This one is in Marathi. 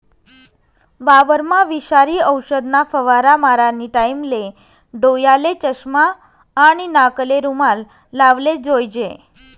वावरमा विषारी औषधना फवारा मारानी टाईमले डोयाले चष्मा आणि नाकले रुमाल लावलेच जोईजे